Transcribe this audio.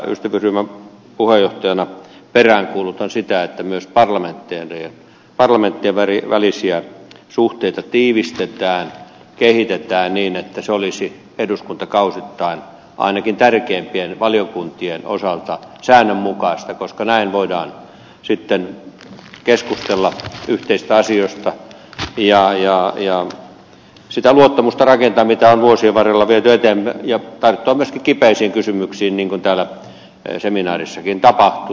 ystävyysryhmän puheenjohtajana peräänkuulutan sitä että myös parlamenttien välisiä suhteita tiivistetään kehitetään niin että se olisi eduskuntakausittain ainakin tärkeimpien valiokuntien osalta säännönmukaista koska näin voidaan sitten keskustella yhteisistä asioista ja sitä luottamusta rakentaa mitä on vuosien varrella viety eteenpäin ja voidaan tarttua myöskin kipeisiin kysymyksiin niin kuin täällä seminaarissakin tapahtui